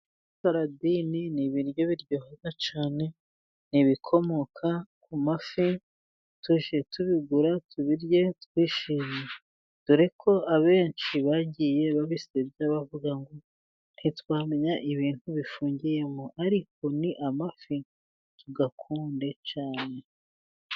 Saradini ni ibiryo biryoha cyane, ni ibikomoka ku mafi, tujye tubigura tubirye twishimye. Dore ko abenshi bagiye babisebya, bavuga ngo ntitwamenya ibintu bifungiyemo, ariko ni amafi, tuyakunde cyane.